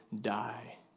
die